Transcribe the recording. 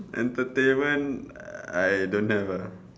entertainment I don't have uh